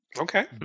Okay